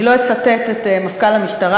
אני לא אצטט את מפכ"ל המשטרה,